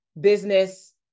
business